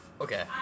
Okay